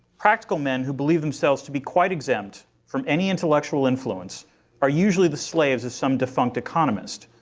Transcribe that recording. practical men who believe themselves to be quite exempt from any intellectual influence are usually the slaves of some defunct economist,